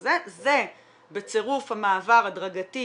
זה בצירוף מעבר הדרגתי